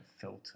filter